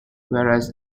whereas